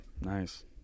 Nice